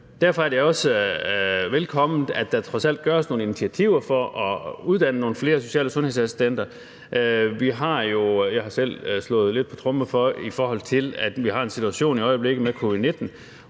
Derfor er det også velkomment, at der trods alt tages nogle initiativer til at uddanne nogle flere social- og sundhedsassistenter. Jeg har selv slået lidt på tromme for det, i forbindelse med at vi i øjeblikket har en